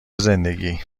زندگی